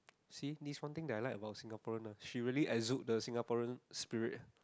see this is one thing I like about Singaporean ah she really exude the Singaporean spirit ah